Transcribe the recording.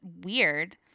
weird